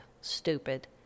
stupid